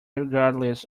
regardless